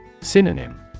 Synonym